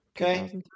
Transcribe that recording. okay